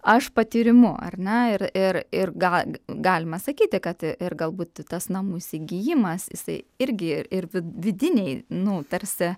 aš patyrimu ar ne ir ir ir gal galima sakyti kad ir galbūt tas namų įsigijimas jisai irgi ir vidinėj nu tarsi